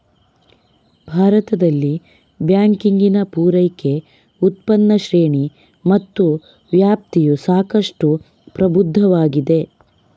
ಭಾರತದಲ್ಲಿ ಬ್ಯಾಂಕಿಂಗಿನ ಪೂರೈಕೆ, ಉತ್ಪನ್ನ ಶ್ರೇಣಿ ಮತ್ತು ವ್ಯಾಪ್ತಿಯು ಸಾಕಷ್ಟು ಪ್ರಬುದ್ಧವಾಗಿದೆ